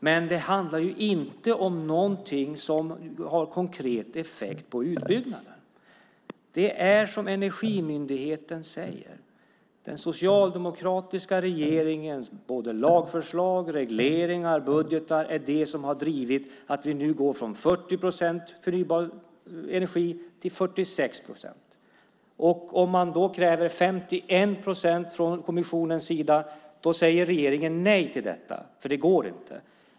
Men det handlar inte om någonting som har konkret effekt på utbyggnaden. Det är som Energimyndigheten säger, nämligen att det är den socialdemokratiska regeringens lagförslag, regleringar och budgetar som har drivit att vi nu går från 40 procent förnybar energi till 46 procent. Om kommissionen då kräver 51 procent säger regeringen nej till detta, för det går inte.